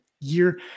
year